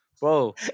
Bro